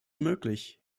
möglich